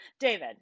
David